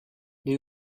they